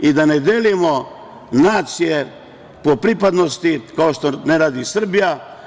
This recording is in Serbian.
I da ne delimo nacije po pripadnosti, kao što ne radi Srbija.